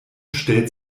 stellt